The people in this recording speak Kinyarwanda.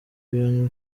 uyu